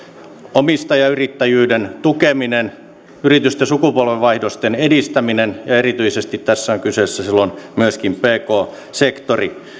omistajayrittäjyyden tukeminen yritysten sukupolvenvaihdosten edistäminen ja erityisesti tässä on kyseessä silloin myöskin pk sektori